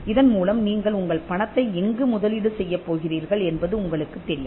இதன் மூலம் நீங்கள் உங்கள் பணத்தை எங்கு முதலீடு செய்யப் போகிறீர்கள் என்பது உங்களுக்குத் தெரியும்